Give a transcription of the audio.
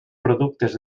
productes